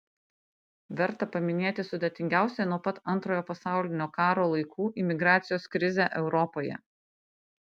verta paminėti sudėtingiausią nuo pat antrojo pasaulinio karo laikų imigracijos krizę europoje